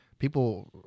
People